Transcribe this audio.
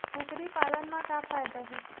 कुकरी पालन म का फ़ायदा हे?